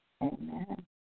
Amen